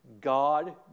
God